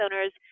owners